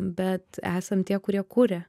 bet esam tie kurie kuria